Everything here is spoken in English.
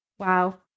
Wow